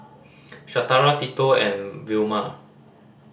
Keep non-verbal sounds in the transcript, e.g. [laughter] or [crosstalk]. [noise] Shatara Tito and Vilma